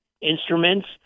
instruments